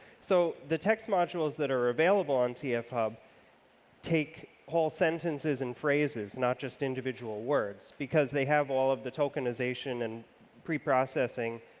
so the text modules that are available on tf hub take whole sentences and phrases, not just individual words, because they have all of the tokennization and preprocessing